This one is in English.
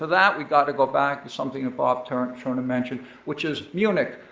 that we've gotta go back to something bob turner turner mentioned, which is munich.